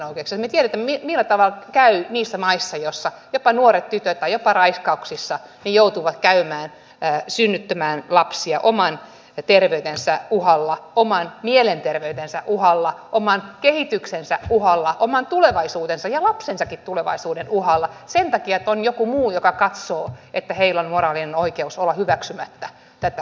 me tiedämme millä tavalla käy niissä maissa joissa nuoret tytöt jopa raiskauksissa joutuvat synnyttämään lapsia oman terveytensä uhalla oman mielenterveytensä uhalla oman kehityksensä uhalla oman tulevaisuutensa ja lapsensakin tulevaisuuden uhalla sen takia että on joku muu joka katsoo että heillä on moraalinen oikeus olla hyväksymättä tätä raskaudenkeskeytystä